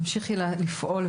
התשפ"א-2021,